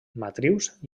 matrius